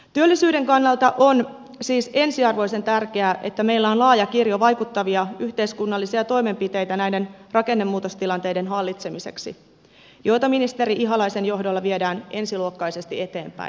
työllisyyden kannalta on siis ensiarvoisen tärkeää että meillä on laaja kirjo vaikuttavia yhteiskunnallisia toimenpiteitä näiden rakennemuutostilanteiden hallitsemiseksi joita ministeri ihalaisen johdolla viedään ensiluokkaisesti eteenpäin